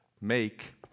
Make